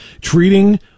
treating